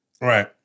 Right